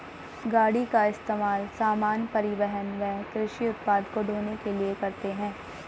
गाड़ी का इस्तेमाल सामान, परिवहन व कृषि उत्पाद को ढ़ोने के लिए करते है